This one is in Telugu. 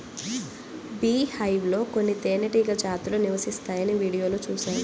బీహైవ్ లో కొన్ని తేనెటీగ జాతులు నివసిస్తాయని వీడియోలో చూశాను